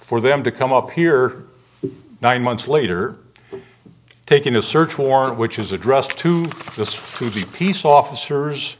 for them to come up here nine months later taking a search warrant which is addressed to just to the peace officers